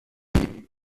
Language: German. baby